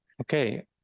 okay